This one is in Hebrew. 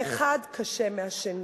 והאחד קשה מהשני.